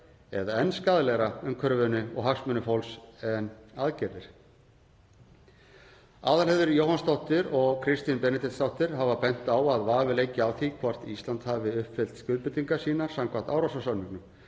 eða enn skaðlegra umhverfinu og hagsmunum fólks en aðgerðir. Aðalheiður Jóhannsdóttir og Kristín Benediktsdóttir hafa bent á að vafi leiki á því hvort Ísland hafi uppfyllt skuldbindingar sínar samkvæmt Árósasamningnum